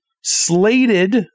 slated